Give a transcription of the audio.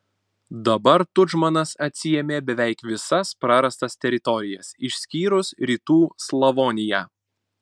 dabar tudžmanas atsiėmė beveik visas prarastas teritorijas išskyrus rytų slavoniją